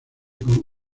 con